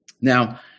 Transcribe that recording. Now